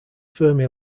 fermi